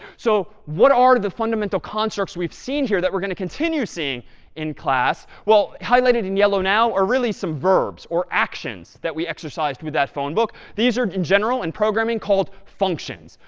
so what are the fundamental constructs we've seen here that we're going to continue seeing in class? well, highlighted in yellow now really some verbs or actions that we exercised with that phone book. these are, in general, in programming called functions.